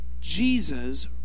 Jesus